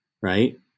right